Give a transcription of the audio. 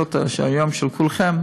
השאלות היום של כולכם,